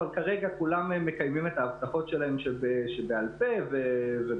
אבל כרגע כולם מקיימים את ההבטחות שלהם שבעל פה ובכתב,